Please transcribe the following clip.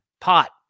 Pot